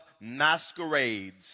masquerades